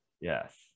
Yes